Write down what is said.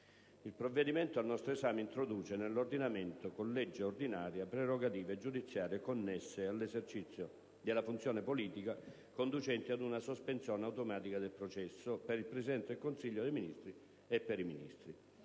Il provvedimento al nostro esame introduce nell'ordinamento, con legge ordinaria, prerogative giudiziarie connesse all'esercizio della funzione politica, conducenti ad una sospensione automatica del processo - per il Presidente del Consiglio dei ministri e per i Ministri